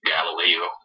Galileo